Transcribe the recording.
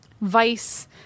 Vice